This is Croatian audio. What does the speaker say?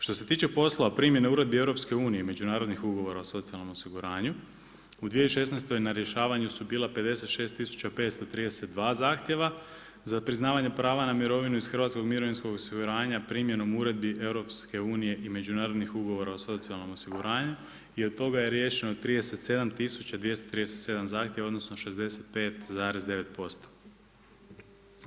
Što se tiče posla o primjeni uredbe EU i međunarodnih ugovora o socijalnom osiguranju u 2016. na rješavanju su bila 56 tisuća 532 zahtjeva, za priznavanje prava na mirovinu iz hrvatskog mirovinskog osiguranja primjenom uredbi EU i međunarodnih ugovora o socijalnom osiguranju i od toga je riješeno 37 tisuća 237 zahtjeva odnosno 65,9%